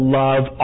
love